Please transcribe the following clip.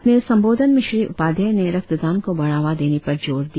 अपने संबोधन में श्री उपाध्याय ने रक्तदान को बढ़ावा देने पर जोर दिया